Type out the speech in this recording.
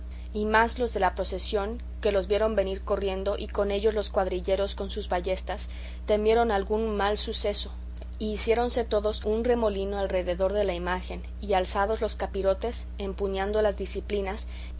y más los de la procesión que los vieron venir corriendo y con ellos los cuadrilleros con sus ballestas temieron algún mal suceso y hiciéronse todos un remolino alrededor de la imagen y alzados los capirotes empuñando las diciplinas